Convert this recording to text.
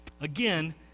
again